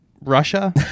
Russia